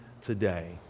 today